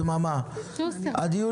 הדיון